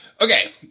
Okay